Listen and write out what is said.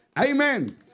Amen